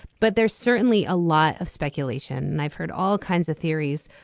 but there's certainly a lot of speculation and i've heard all kinds of theories.